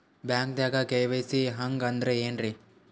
ಬ್ಯಾಂಕ್ದಾಗ ಕೆ.ವೈ.ಸಿ ಹಂಗ್ ಅಂದ್ರೆ ಏನ್ರೀ?